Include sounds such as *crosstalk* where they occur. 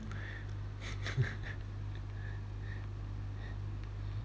*breath* *laughs*